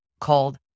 called